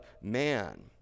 man